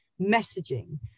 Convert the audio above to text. messaging